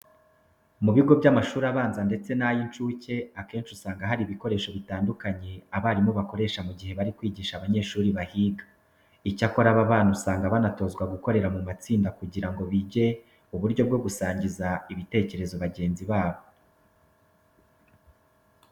Mu bigo by'amashuri abanza ndetse n'ay'incuke akenshi usanga harimo ibikoresho bitandukanye abarimu bakoresha mu gihe bari kwigisha abanyeshuri bahiga. Icyakora, aba bana usanga banatozwa gukorera mu matsinda kugira ngo bige uburyo bwo gusangiza ibitekerezo bagenzi babo.